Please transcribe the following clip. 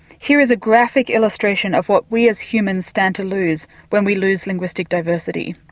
here is a graphic illustration of what we as humans stand to lose when we lose linguistic diversity.